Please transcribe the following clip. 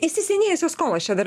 įsisenėjusios skolos čia dar